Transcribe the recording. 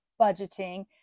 budgeting